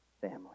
family